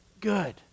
good